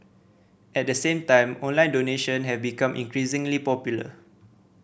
at the same time online donation have become increasingly popular